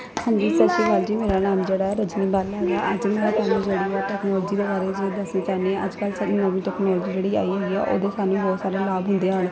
ਹਾਂਜੀ ਸਤਿ ਸ੍ਰੀ ਅਕਾਲ ਜੀ ਮੇਰਾ ਨਾਮ ਜਿਹੜਾ ਰਜਨੀ ਬਾਲਾ ਹੈਗਾ ਅੱਜ ਮੈਂ ਤੁਹਾਨੂੰ ਜਿਹੜੀ ਆ ਟੈਕਨੋਲਜੀ ਦੇ ਬਾਰੇ ਜਿਹੜਾ ਅਸੀਂ ਕਹਿੰਨੇ ਆ ਅੱਜ ਕੱਲ ਜਿਹੜੀ ਨਵੀਂ ਟੈਕਨੋਲਜੀ ਜਿਹੜੀ ਆਈ ਹੈਗੀ ਆ ਉਹਦੇ ਸਾਨੂੰ ਹੋਰ ਸਾਰੇ ਲਾਭ ਹੁੰਦੇ ਹਨ